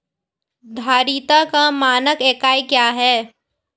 धारिता का मानक इकाई क्या है?